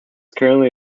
currently